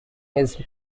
his